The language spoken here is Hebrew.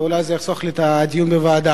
ואולי זה יחסוך לי את הדיון בוועדה.